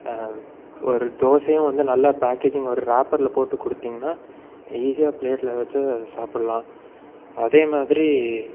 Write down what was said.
ஒரு தோசையும் வந்து நல்லா பேக்கேஜிங் ஒரு ராப்பரில் போட்டு கொடுத்திங்கன்னா ஈஸியாக ப்ளேடில் வச்சு சாப்பிட்லாம் அதே மாதிரி